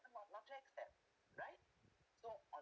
or not not to accept right so on